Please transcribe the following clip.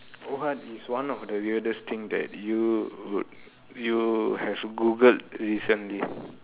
what is one of the weirdest thing that you would you have Googled recently